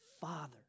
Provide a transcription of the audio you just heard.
Father